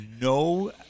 no